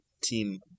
team